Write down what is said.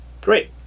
great